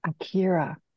Akira